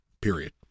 Period